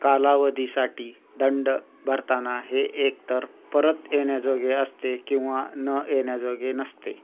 कालावधीसाठी दंड भरताना हे एकतर परत येण्याजोगे असते किंवा न येण्याजोगे नसते